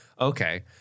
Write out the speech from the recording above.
Okay